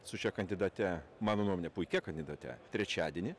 su šia kandidate mano nuomone puikia kandidate trečiadienį